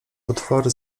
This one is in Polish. potwory